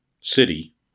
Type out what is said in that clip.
city